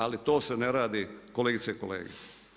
Ali to se ne radi kolegice i kolege.